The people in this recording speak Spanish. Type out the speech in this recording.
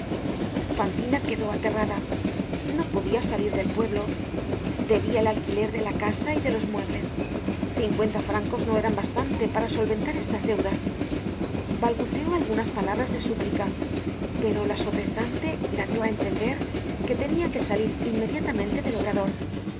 doce fantina quedó aterrada no podia salir del pueblo debia el alquiler de la casa y de los muebles cincuenta francos no eran bastantes para solventar estas deudas balbuceó algunas palabras de súplica pero la sobrestante la dió á entender que tenia que salir inmediatamente del obrador